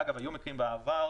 אגב, היו מקרים בעבר